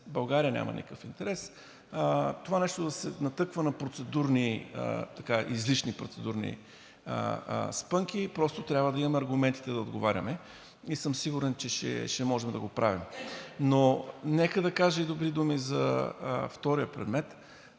България няма никакъв интерес това нещо да се натъква на излишни процедурни спънки. Просто трябва да имаме аргументите да отговаряме и съм сигурен, че ще можем да го правим. Но нека да кажа добри думи и за втория предмет.